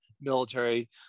military